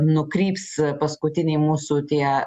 nukryps paskutiniai mūsų tie